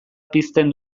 pizten